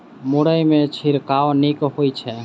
मुरई मे छिड़काव नीक होइ छै?